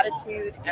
attitude